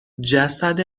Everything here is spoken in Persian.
جسد